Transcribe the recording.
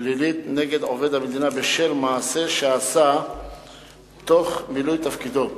פלילית נגד עובד המדינה בשל מעשה שעשה תוך מילוי תפקידו.